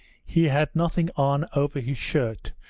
he had nothing on over his shirt,